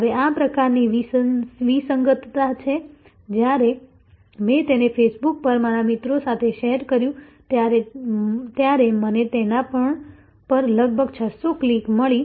હવે આ પ્રકારની વિસંગતતા છે જ્યારે મેં તેને ફેસબુક પર મારા મિત્રો સાથે શેર કર્યું ત્યારે મને તેના પર લગભગ 600 ક્લિક્સ મળી